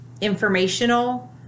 informational